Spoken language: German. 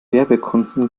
werbekunden